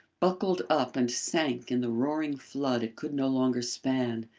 buckled up and sank in the roaring flood it could no longer span,